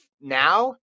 now